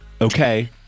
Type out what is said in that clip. okay